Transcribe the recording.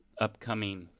upcoming